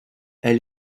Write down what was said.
elle